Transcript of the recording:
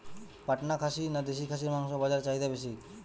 পাটনা খাসি না দেশী খাসির মাংস বাজারে চাহিদা বেশি?